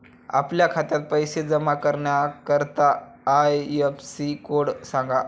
आपल्या खात्यात पैसे जमा करण्याकरता आय.एफ.एस.सी कोड सांगा